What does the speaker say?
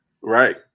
Right